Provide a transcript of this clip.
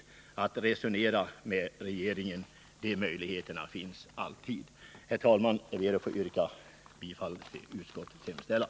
Möjligheterna att resonera med regeringen finns alltid. Herr talman! Jag ber att få yrka bifall till utskottets hemställan.